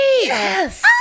Yes